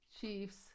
Chiefs